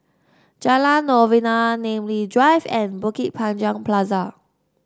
Jalan Novena Namly Drive and Bukit Panjang Plaza